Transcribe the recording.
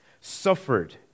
Suffered